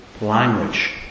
language